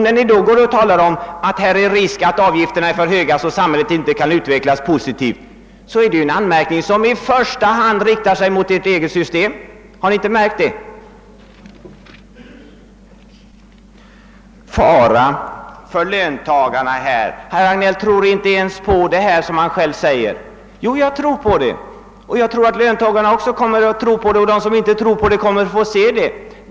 När ni talar om risken för att avgifterna blir för höga, så att näringslivet inte kan utvecklas positivt, är det en anmärkning som i första hand riktar sig mot ert eget system. Har ni inte märkt det? Herr Börjesson i Glömminge sade att jag inte själv tror på vad jag säger om faran för lönbagarna. Jo, det gör jag, och jag tror att löntagarna också gör det. De som inte tror på det kommer att se att det var sant.